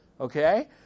okay